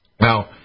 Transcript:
Now